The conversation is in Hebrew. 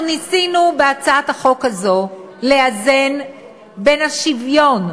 אנחנו ניסינו בהצעת החוק הזו לאזן בין השוויון,